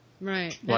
Right